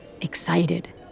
excited